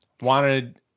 Wanted